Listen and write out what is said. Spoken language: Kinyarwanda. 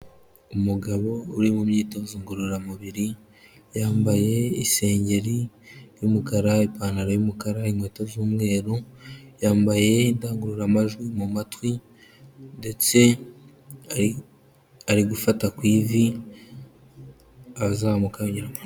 Umugabo uri mu myitozo ngororamubiri, yambaye isengeri y'umukara ipantaro y'umukara, inkweta z'umweru, yambaye indangururamajwi mu matwi ndetse ari gufata ku ivi, azamuka yongera amanuka.